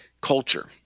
culture